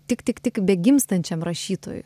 tik tik tik begimstančiam rašytojui